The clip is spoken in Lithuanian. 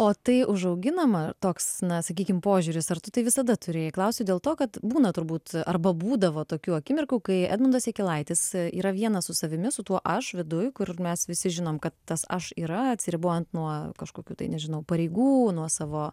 o tai užauginama toks na sakykim požiūris ar tu tai visada turėjai klausiu dėl to kad būna turbūt arba būdavo tokių akimirkų kai edmundas jakilaitis yra vienas su savimi su tuo aš viduj kur mes visi žinom kad tas aš yra atsiribojant nuo kažkokių tai nežinau pareigų nuo savo